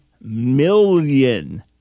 million